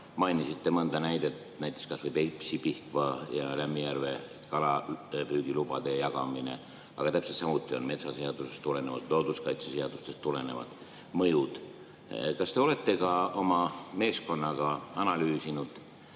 siin täna ka tõite näiteid, nagu Peipsi, Pihkva ja Lämmijärve kalapüügilubade jagamine, aga täpselt samuti on metsaseadusest ja looduskaitseseadusest tulenevad mõjud. Kas te olete oma meeskonnaga analüüsinud